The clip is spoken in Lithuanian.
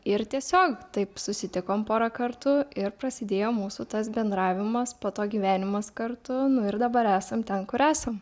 ir tiesiog taip susitikom porą kartų ir prasidėjo mūsų tas bendravimas po to gyvenimas kartu nu ir dabar esam ten kur esam